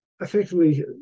effectively